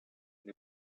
n’est